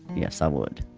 yes i would.